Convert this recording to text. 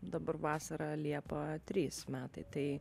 dabar vasarą liepą trys metai tai